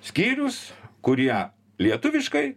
skyrius kurie lietuviškai